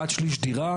עד שליש דירה,